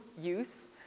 use